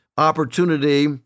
Opportunity